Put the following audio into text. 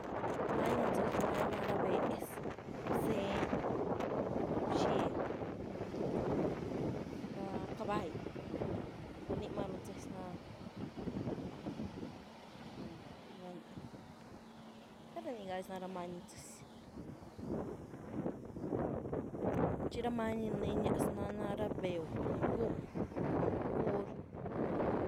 Many ni nziez na-na ra béz, bzenïe, bxé, amm- ra cabai, rani maru nziez na, amm- turu ra ni par ra nigazi na ra manyí ni ziez chi ra manyní neniaz na ra beu, gun, cun guur.